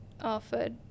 offered